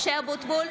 (קוראת בשמות חברי הכנסת) משה אבוטבול,